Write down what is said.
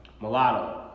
Mulatto